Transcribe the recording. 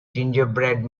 gingerbread